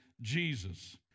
Jesus